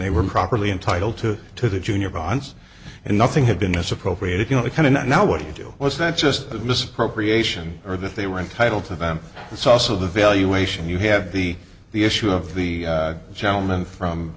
they were improperly entitled to to the junior bonds and nothing had been as appropriate if you know it kind of now what you do was not just a misappropriation or that they were entitled to them it's also the valuation you have be the issue of the gentleman from